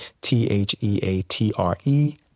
T-H-E-A-T-R-E